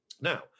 Now